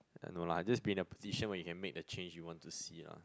no lah just be in a position where you can make the change you want to see ah